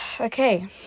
Okay